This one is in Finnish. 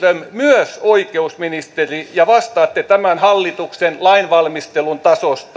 myös oikeusministeri ja vastaatte tämän hallituksen lainvalmistelun tasosta